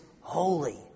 holy